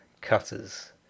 cutters